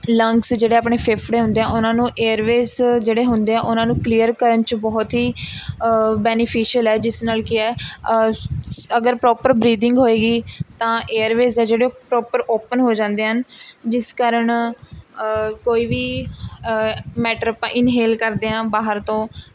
lungs ਜਿਹੜੇ ਆਪਣੇ ਫੇਫੜੇ ਹੁੰਦੇ ਹੈ ਉਹਨਾਂ ਨੂੰ ਏਰਵੇਜ਼ ਜਿਹੜੇ ਹੁੰਦੇ ਹੈ ਉਹਨਾਂ ਨੂੰ ਕਲੀਅਰ ਕਰਨ 'ਚ ਬਹੁਤ ਹੀ ਬੈਨੀਫੀਸ਼ਲ ਹੈ ਜਿਸ ਨਾਲ਼ ਕਿਆ ਹੈ ਅਗਰ ਪ੍ਰੋਪਰ ਬਰੀਦਿੰਗ ਹੋਵੇਗੀ ਤਾਂ ਏਅਰਵੇਜ਼ ਹੈ ਜਿਹੜੇ ਪ੍ਰੋਪਰ ਓਪਨ ਹੋ ਜਾਂਦੇ ਹਨ ਜਿਸ ਕਾਰਨ ਕੋਈ ਵੀ ਮੈਟਰ ਆਪਾਂ ਇੰਨਹੇਲ ਕਰਦੇ ਹਾਂ ਬਾਹਰ ਤੋਂ